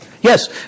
Yes